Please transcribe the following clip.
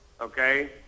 okay